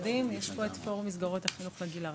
יש פה את פורום מסגרות החינוך לגיל הרך.